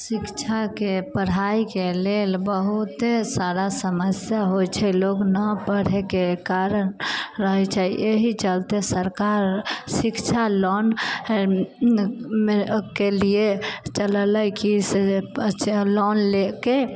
शिक्षाके पढ़ाइके लेल बहुते सारा समस्या होइत छै लोक नहि पढ़ैके कारण रहैत छै एहि चलते सरकार शिक्षा लोन के लिए चललै कि से बच्चा लोन लेके